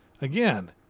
again